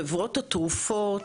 חברות התרופות,